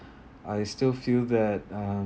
i still feel that um